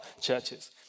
churches